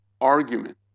argument